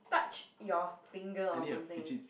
touch your finger or something